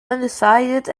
undecided